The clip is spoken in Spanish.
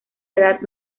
edad